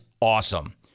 awesome